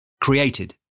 created